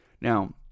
Now